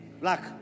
luck